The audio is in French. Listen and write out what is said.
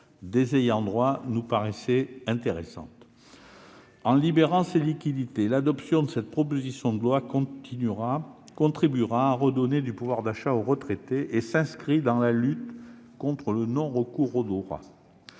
des ayants droit nous paraissait intéressante. En libérant ces liquidités, l'adoption de cette proposition de loi contribuera à redonner du pouvoir d'achat aux retraités. Elle s'inscrit dans la lutte contre le non-recours au droit.